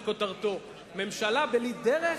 את כותרתו: ממשלה בלי דרך,